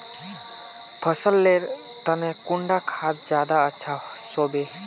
फसल लेर तने कुंडा खाद ज्यादा अच्छा सोबे?